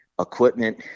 equipment